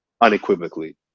unequivocally